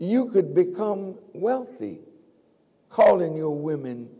you could become wealthy calling your women